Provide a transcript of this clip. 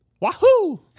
Wahoo